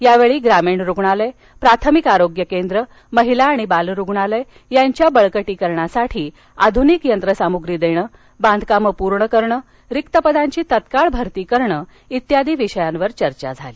यावेळी ग्रामीण रुग्णालय प्राथमिक आरोग्य केंद्र महिला आणि बाल रुग्णालय यांच्या बळकटीकरणाकरिता आधुनिक यंत्रसामुश्री देणं बांधकाम पूर्ण करणं रिक पदांची तत्काळ भरती करणं आदी विविध विषयांवर चर्चा करण्यात आली